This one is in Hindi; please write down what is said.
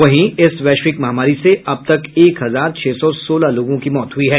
वहीं इस वैश्विक महामारी से अब तक एक हजार छह सौ सोलह लोगों की मौत हुई है